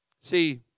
See